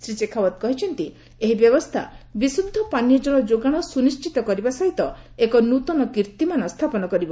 ଶ୍ରୀ ଶେଖାଓ୍ୱତ୍ କହିଛନ୍ତି ଏହି ବ୍ୟବସ୍ଥା ବିଶୁଦ୍ଧ ପାନୀୟଜଳ ଯୋଗାଣ ସୁନିଶ୍ଚିତ କରିବା ସହ ଏକ ନୂତନ କୀର୍ତ୍ତିମାନ ସ୍ଥାପନ କରିବ